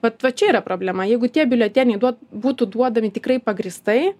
vat va čia yra problema jeigu tie biuleteniai duot būtų duodami tikrai pagrįstai